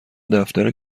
دفتر